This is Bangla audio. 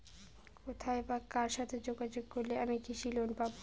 কোথায় বা কার সাথে যোগাযোগ করলে আমি কৃষি লোন পাব?